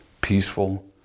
peaceful